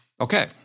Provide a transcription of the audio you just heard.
okay